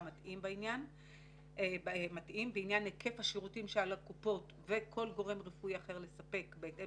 מתאים בעניין היקף השירותים שעל הקופות וכל גורם רפואי אחר לספק בהתאם